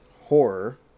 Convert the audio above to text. Horror